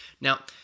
Now